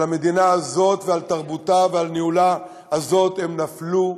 על המדינה הזאת ועל תרבותה ועל ניהולה הם נפלו?